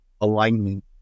alignment